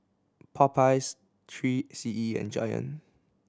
Popeyes Three C E and Giant